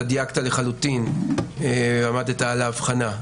דייקת לחלוטין ועמדת על ההבחנה.